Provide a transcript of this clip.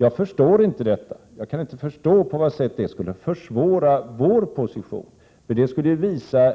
Jag kan inte förstå på vad sätt det skulle försvåra vår position. Det skulle ju visa